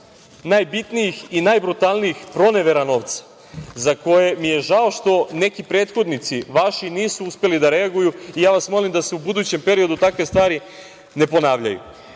najbitnijih i najbrutalnijih pronevera novca za koje mi je žao što neki prethodnici vaši nisu uspeli da reaguju. Molim vas da se u budućem periodu takve stvari ne ponavljaju. Afera